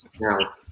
now